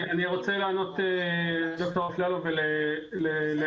אני רוצה לענות לד"ר אפללו ולאסתי.